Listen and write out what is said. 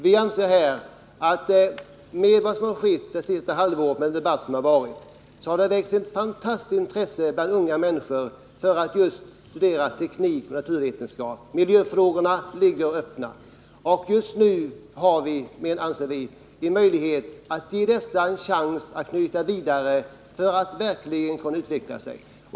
Vi anser att det som har skett under det senaste halvåret, den debatt som har förts, har väckt ett fantastiskt intresse bland unga människor för att studera just teknik och naturvetenskap. Miljöfrågorna ligger öppna, och just nu har vi — anser vi — en möjlighet att ge dessa ungdomar en chans att studera vidare för att verkligen kunna utveckla sig.